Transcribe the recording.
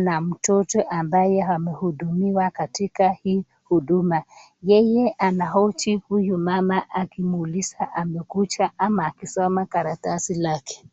na mtoto ambaye amehudumiwa katika hii huduma. Yeye anahoji huyu mama akimuuliza amekuja ama akisoma karatasi lake.